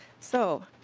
so